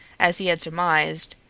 as he had surmised,